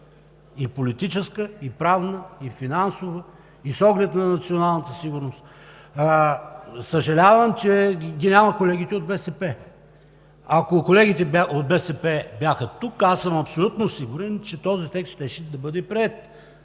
и политическа, и правна, и финансова, и с оглед на националната сигурност. Съжалявам, че ги няма колегите от БСП. Ако те бяха тук, аз съм абсолютно сигурен, че този текст щеше да бъде приет.